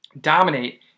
dominate